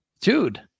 Dude